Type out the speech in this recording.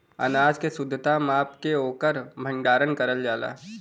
अनाज के शुद्धता माप के ओकर भण्डारन करल जाला